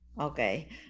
Okay